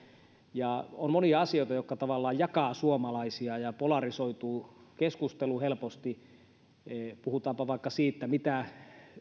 ja on monia asioita jotka tavallaan jakavat suomalaisia ja keskustelu polarisoituu helposti kun puhutaan vaikka siitä mitä